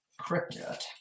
Cryptid